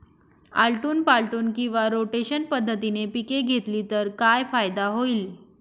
आलटून पालटून किंवा रोटेशन पद्धतीने पिके घेतली तर काय फायदा होईल?